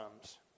comes